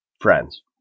friends